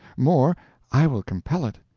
more i will compel it.